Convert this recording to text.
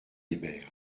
hébert